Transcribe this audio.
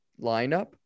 lineup